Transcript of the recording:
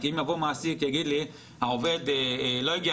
כי אם יבוא מעסיק ויגיד לי: העובד לא הגיע